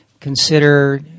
consider